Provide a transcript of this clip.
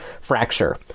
fracture